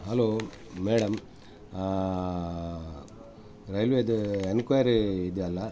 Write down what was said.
hello madam ರೈಲ್ವೇದು enquiry ಇದು ಅಲ್ಲಾ